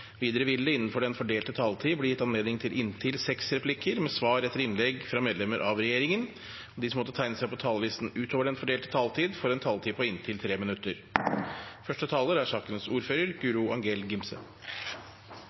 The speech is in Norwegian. Videre vil det – innenfor den fordelte taletid – bli gitt anledning til inntil seks replikker med svar etter innlegg fra medlemmer av regjeringen, og de som måtte tegne seg på talerlisten utover den fordelte taletid, får en taletid på inntil 3 minutter.